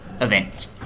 event